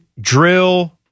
drill